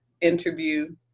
interview